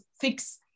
fix